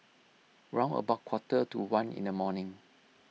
round about quarter to one in the morning